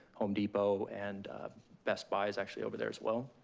home depot, and best buy is actually over there as well.